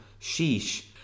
Sheesh